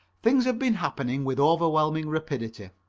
things have been happening with overwhelming rapidity.